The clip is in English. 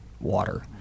water